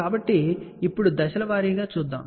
కాబట్టి ఇప్పుడు దశల వారీగా వెళ్దాం